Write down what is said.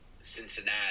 Cincinnati